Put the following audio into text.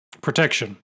protection